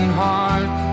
heart